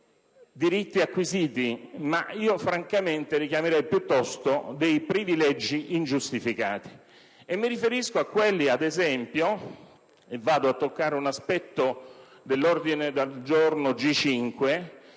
diritti acquisiti, ma io francamente li chiamerei piuttosto privilegi ingiustificati. Mi riferisco, ad esempio, a quelli - e vado a toccare un aspetto dell'ordine del giorno G5